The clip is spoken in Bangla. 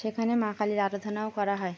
সেখানে মা কালির আরাধনাও করা হয়